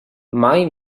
mai